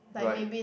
right